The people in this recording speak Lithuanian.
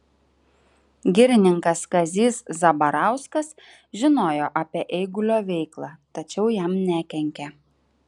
girininkas kazys zabarauskas žinojo apie eigulio veiklą tačiau jam nekenkė